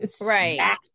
right